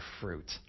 fruit